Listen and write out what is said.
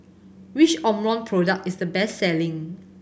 which Omron product is the best selling